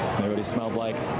what he smelled like.